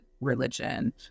religion